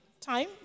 time